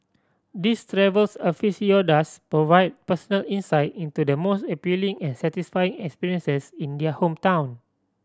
these travels aficionados provide personal insight into the most appealing and satisfying experiences in their hometown